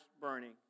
burning